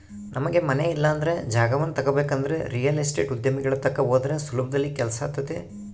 ನಮಗೆ ಮನೆ ಇಲ್ಲಂದ್ರ ಜಾಗವನ್ನ ತಗಬೇಕಂದ್ರ ರಿಯಲ್ ಎಸ್ಟೇಟ್ ಉದ್ಯಮಿಗಳ ತಕ ಹೋದ್ರ ಸುಲಭದಲ್ಲಿ ಕೆಲ್ಸಾತತೆ